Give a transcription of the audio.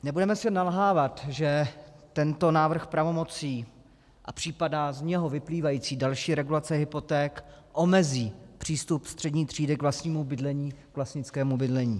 Nebudeme si nalhávat, že tento návrh pravomocí a případná z něho vyplývající další regulace hypoték omezí přístup střední třídy k vlastnímu bydlení, k vlastnickému bydlení.